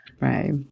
Right